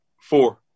Four